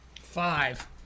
Five